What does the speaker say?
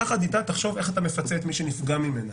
יחד אתה תחשוב איך אתה מפצה את מי שנפגע ממנה.